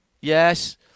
Yes